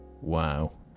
Wow